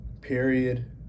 Period